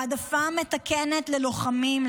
העדפה מתקנת ללוחמים,